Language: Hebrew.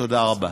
תודה רבה.